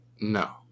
No